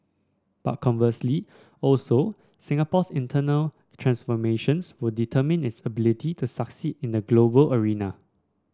but conversely also Singapore's internal transformations will determine its ability to succeed in the global arena